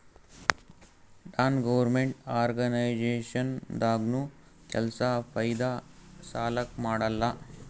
ನಾನ್ government organisation ದಾಗ್ನು ಕೆಲ್ಸಾ ಫೈದಾ ಸಲಾಕ್ ಮಾಡಲ್ಲ